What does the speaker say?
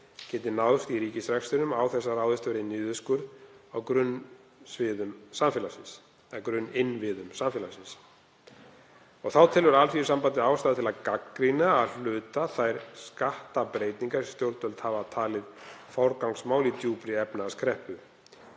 geti náðst í ríkisrekstrinum án þess að ráðist verði í niðurskurð á grunninnviðum samfélagsins. Þá telur Alþýðusambandið ástæðu til að gagnrýna að hluta þær skattbreytingar sem stjórnvöld hafa talið forgangsmál í djúpri efnahagskreppu.